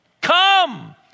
Come